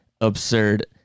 absurd